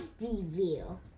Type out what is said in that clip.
review